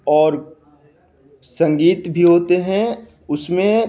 और संगीत भी होते हैं उसमें